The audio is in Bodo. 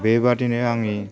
बेबायदिनो आंनि